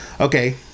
Okay